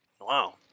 Wow